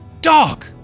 dog